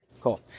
Cool